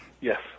Yes